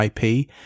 IP